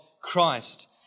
Christ